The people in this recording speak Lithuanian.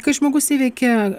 kai žmogus įveikia